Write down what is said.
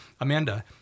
Amanda